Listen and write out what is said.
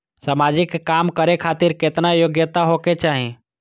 समाजिक काम करें खातिर केतना योग्यता होके चाही?